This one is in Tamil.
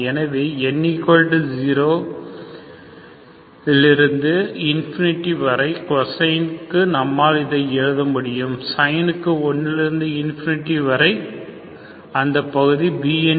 எனவே n0 வலிருந்து இன்ஃபினிட்டி வரை cosine க்கு நம்மால் இதை எழுத முடியும் sine க்கு 1 லிருந்து இன்பினிடி வரை மற்றும் அந்தப் பகுதி bn 0